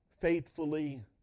faithfully